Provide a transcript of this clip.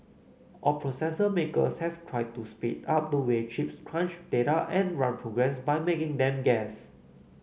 all processor makers have tried to speed up the way chips crunch data and run programs by making them guess